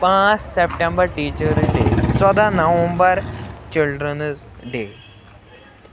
پانٛژھ September teachers' day ژۄداہ November children's day